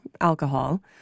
alcohol